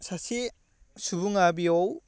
सासे सुबुङा बेयाव